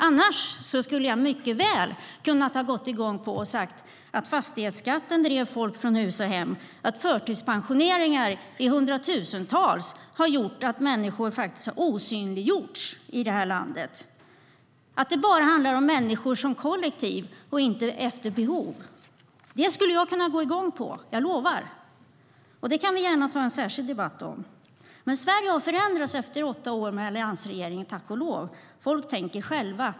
Annars skulle jag mycket väl kunna gå igång på och säga att fastighetsskatten drev folk från hus och hem, att förtidspensioneringar i hundratusentals osynliggjorde människor i det här landet och att det bara handlar om människor som kollektiv och inte efter behov. Det skulle jag kunna gå igång på. Jag lovar. Och det kan vi gärna ta en särskild debatt om. Sverige har tack och lov förändrats efter åtta år med alliansregeringen. Folk tänker själva.